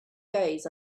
days